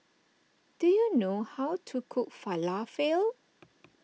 do you know how to cook Falafel